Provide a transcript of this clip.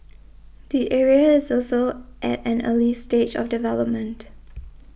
the area is also at an early stage of development